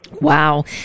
Wow